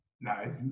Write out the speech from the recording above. No